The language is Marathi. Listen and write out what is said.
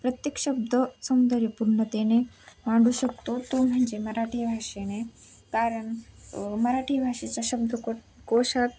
प्रत्येक शब्द सौंदर्यपूर्णतेने मांडू शकतो तो म्हणजे मराठी भाषेने कारण मराठी भाषेचा शब्द को कोशात